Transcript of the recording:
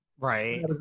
Right